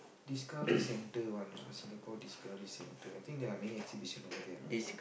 discovery centre one lah Singapore-Discovery-Centre I think there are many exhibition over there lah